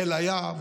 בחיל הים,